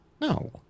No